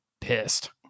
pissed